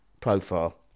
profile